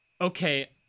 Okay